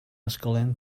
ysgolion